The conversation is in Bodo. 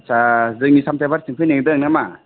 आछा जोंनि सामथायबारिथिं फैनो नागिरदों नामा